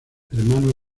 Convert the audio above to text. hermano